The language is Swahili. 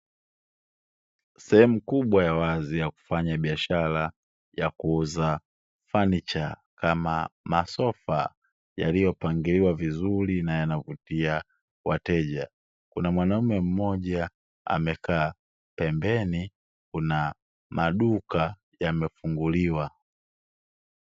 Sehemu kubwa ya wazi ya kufanya biashara ya kuuza fanicha kama masofa yaliyopangiliwa vizuri na yanavutia wateja, kuna mwanamume mmoja amekaa pembeni kuna maduka yamefunguliwa.